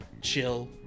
chill